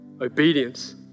Obedience